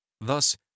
Thus